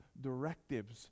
directives